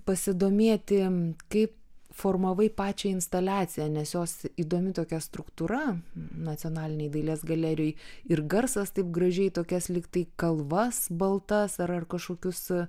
pasidomėti kaip formavai pačią instaliaciją nes jos įdomi tokia struktūra nacionalinėj dailės galerijoj ir garsas taip gražiai tokias lyg tai kalvas baltas ar ar kažkokius